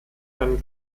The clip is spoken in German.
einen